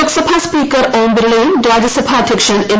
Lok Sabha speaker Om ബിർലയും രാജ്യസഭാർഅയ്യക്ഷൻ M